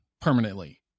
permanently